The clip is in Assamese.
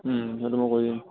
সেইটো মই কৰি দিম